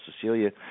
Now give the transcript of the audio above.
Cecilia